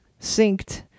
synced